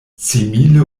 simile